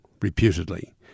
reputedly